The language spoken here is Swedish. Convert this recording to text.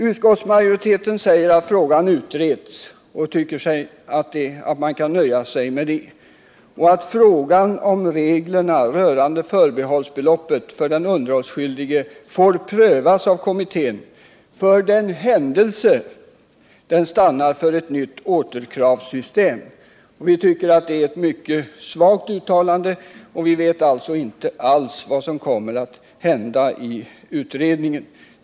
Utskottsmajoriteten säger att frågan utreds och tycker att man kan nöja sig med att frågan om reglerna rörande förbehållsbeloppet för den underhållsskyldige får prövas av kommittén för den händelse kommittén stannar för ett nytt återkravssystem. Vi tycker att det är ett mycket svagt uttalande. Vi vet inte alls vad som kommer att hända i utredningen.